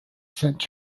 saint